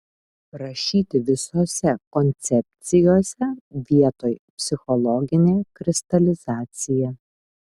rašyti visose koncepcijose vietoj psichologinė kristalizacija